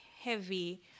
heavy